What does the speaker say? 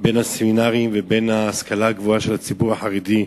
בין הסמינרים ובין ההשכלה הגבוהה של הציבור החרדי,